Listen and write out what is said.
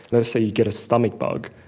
let's say you get a stomach bug,